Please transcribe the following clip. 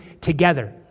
together